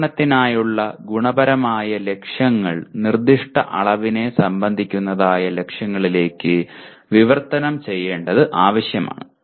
ഉപകരണത്തിനായുള്ള ഗുണപരമായ ലക്ഷ്യങ്ങൾ നിർദ്ദിഷ്ട അളവിനെ സംബന്ധിക്കുന്നതായ ലക്ഷ്യങ്ങളിലേക്ക് വിവർത്തനം ചെയ്യേണ്ടത് ആവശ്യമാണ്